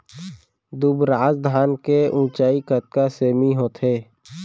दुबराज धान के ऊँचाई कतका सेमी होथे?